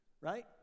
right